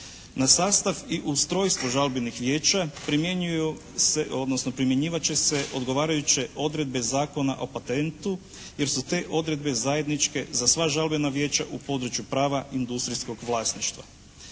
Na sastav i ustrojstvo žalbenih vijeća primjenjuju se odnosno primjenjivat će se odgovarajuće odredbe Zakona o patentu jer su te odredbe zajedničke za sva žalbena vijeća u području prava industrijskog vlasništva.